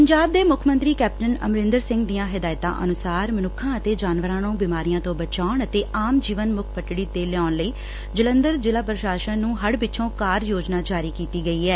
ਪੰਜਾਬ ਦੇ ਮੁੱਖ ਮੰਤਰੀ ਕੈਪਟਨ ਅਮਰਿੰਦਰ ਸਿੰਘ ਦੀਆਂ ਹਦਾਇਤਾਂ ਅਨੁਸਾਰ ਮਨੁੱਖਾਂ ਅਤੇ ਜਾਨਵਰਾਂ ਨੂੰ ਬਿਮਾਰੀਆਂ ਤੋਂ ਬਚਾਉਣ ਅਤੇ ਆਮ ਜੀਵਨ ਮੁੜ ਪਟੜੀ ਤੇ ਲਿਆਉਣ ਲਈ ਜਲੰਧਰ ਜ਼ਿਲੂਾ ਪ੍ਸ਼ਾਸਨ ਨੂੰ ਹਤ੍ਹ ਪਿੱਛੋਂ ਕਾਰਜ ਯੋਜਨਾ ਜਾਰੀ ਕੀਤੀ ਗਈ ਐ